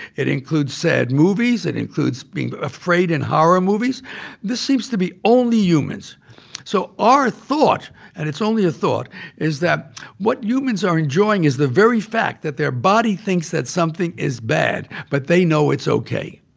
it includes sad movies. it includes being afraid in horror movies. and this seems to be only humans so our thought and it's only a thought is that what humans are enjoying is the very fact that their body thinks that something is bad, but they know it's ok.